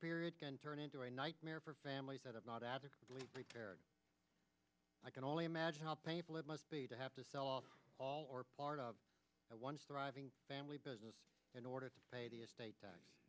period can turn into a nightmare for families that have not adequately prepared i can only imagine how painful it must be to have to sell off all or part of that once thriving family business in order to pay the estate